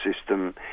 system